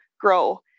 grow